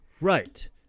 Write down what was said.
Right